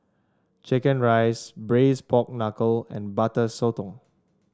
chicken rice Braised Pork Knuckle and Butter Sotong